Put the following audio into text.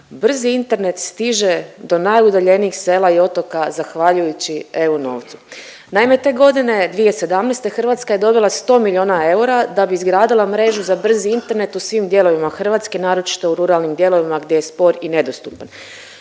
brzi internet stiže da najudaljenijeg sela i otoka zahvaljujući EU novcu. Naime, te godine, 2017. Hrvatska je dobila 100 milijuna eura da bi izgradila mrežu za brzi internet u svim dijelovima Hrvatske, naročito u ruralnim dijelovima gdje je spor i nedostupan.